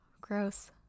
Gross